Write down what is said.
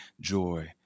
joy